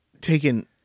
taken